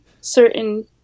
certain